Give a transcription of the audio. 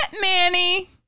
Manny